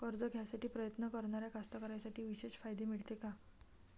कर्ज घ्यासाठी प्रयत्न करणाऱ्या कास्तकाराइसाठी विशेष फायदे मिळते का?